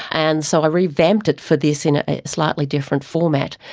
and so i revamped it for this in a slightly different format,